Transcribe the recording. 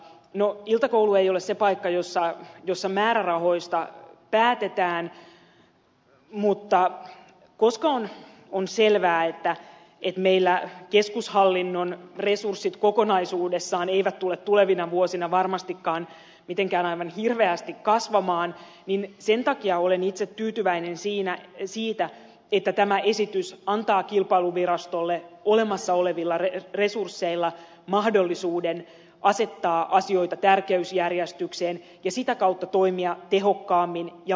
no iltakoulu ei ole se paikka jossa määrärahoista päätetään mutta koska on selvää että meillä keskushallinnon resurssit kokonaisuudessaan eivät tule tulevina vuosina varmastikaan mitenkään aivan hirveästi kasvamaan niin sen takia olen itse tyytyväinen siitä että tämä esitys antaa kilpailuvirastolle olemassa olevilla resursseilla mahdollisuuden asettaa asioita tärkeysjärjestykseen ja sitä kautta toimia tehokkaammin ja vaikuttavammin